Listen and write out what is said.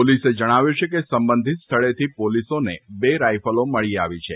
પોલીસે જણાવ્યું છે કે સંબંધીત સ્થળેથી પોલીસોને બે રાઇફલો મળી આવી છે